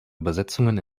übersetzungen